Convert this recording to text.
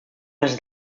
les